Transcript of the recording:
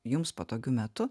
jums patogiu metu